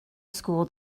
school